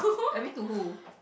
I mean to who